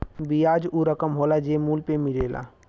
बियाज ऊ रकम होला जे मूल पे मिलेला